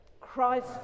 Christ